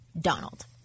Donald